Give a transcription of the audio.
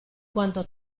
quanto